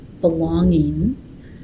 belonging